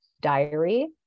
diary